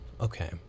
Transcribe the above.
Okay